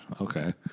Okay